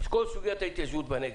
כל סוגיית ההתיישבות בנגב.